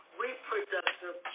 reproductive